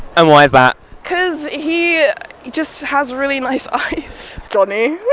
and what is that? cause he just has really nice eyes. johnny,